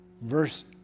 verse